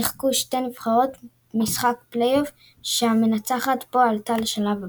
שיחקו שתי הנבחרות משחק פלייאוף שהמנצחת בו עלתה לשלב הבא.